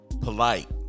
Polite